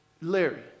Larry